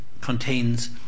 contains